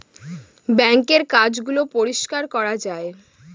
বাঙ্কের কাজ গুলো পরিষ্কার করা যায়